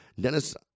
Dennis